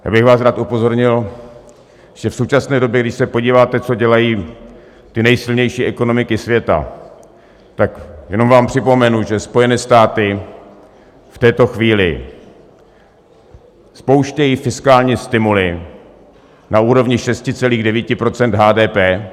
Já bych vás rád upozornil, že v současné době, když se podíváte, co dělají ty nejsilnější ekonomiky světa, tak jenom vám připomenu, že Spojené státy v této chvíli spouštějí fiskální stimuly na úrovni 6,9 % HDP.